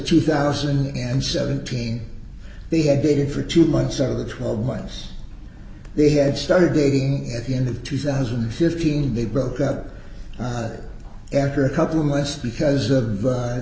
two thousand and seventeen they had dated for two months out of the twelve miles they had started dating at the end of two thousand and fifteen they broke up after a couple months because of